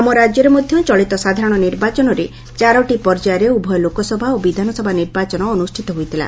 ଆମ ରାଜ୍ୟରେ ମଧ୍ୟ ଚଳିତ ସାଧାରଣ ନିର୍ବାଚନରେ ଚାରୋଟି ପର୍ଯ୍ୟାୟରେ ଉଭୟ ଲୋକସଭା ଓ ବିଧାନସଭା ନିର୍ବାଚନ ଅନୁଷ୍ଠିତ ହୋଇଥିଲା